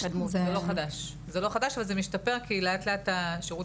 זה לא חדש אבל זה משתפר כי לאט לאט השירות